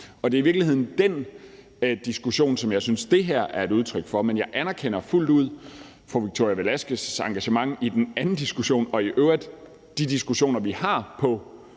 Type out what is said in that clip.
Og det er i virkeligheden den diskussion, som jeg synes det her er et udtryk for, men jeg anerkender fuldt ud fru Victoria Velasquez' engagement i den anden diskussion og i øvrigt i de diskussioner, vi har,